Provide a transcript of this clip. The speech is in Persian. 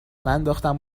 ننداختم